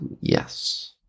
yes